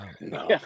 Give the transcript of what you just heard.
No